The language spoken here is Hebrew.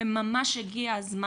וממש הגיע הזמן.